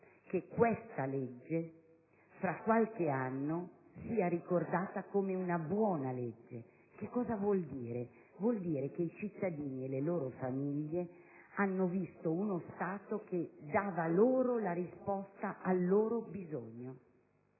anche questa legge, fra qualche anno, sia ricordata come una buona legge. Ciò vuol dire che i cittadini e le loro famiglie avranno visto uno Stato che avrà dato risposta ai loro bisogni,